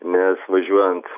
nes važiuojant